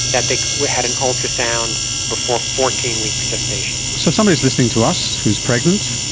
that they had an ultrasound before fourteen weeks gestation. so somebody is listening to us who is pregnant,